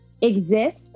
exist